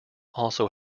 also